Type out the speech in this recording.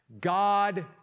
God